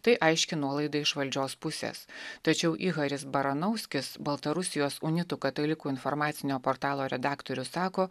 tai aiški nuolaida iš valdžios pusės tačiau į iharis baranauskis baltarusijos unitų katalikų informacinio portalo redaktorius sako